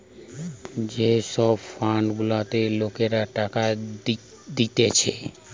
যে সব ফান্ড গুলাতে লোকরা টাকা দিতেছে